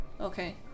Okay